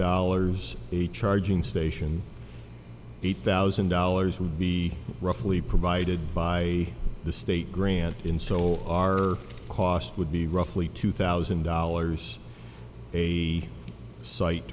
dollars a charging station eight thousand dollars would be roughly provided by the state grant in so our cost would be roughly two thousand dollars a site